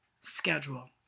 schedule